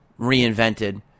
reinvented